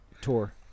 tour